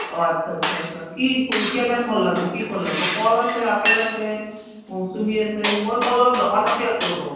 অঁ আচ্ছা আচ্ছা আচ্ছা কি ফল কেনে ফল লাগিব কি ফল লাগিব কল আছে আপেল আছে মৌচুমী আছে মই কলৰ দোকানতে আছো ৰ'ব